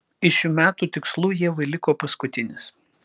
iš šių metų tikslų ievai liko paskutinis